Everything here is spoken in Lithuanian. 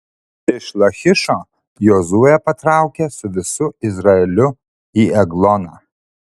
iš lachišo jozuė patraukė su visu izraeliu į egloną